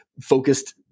focused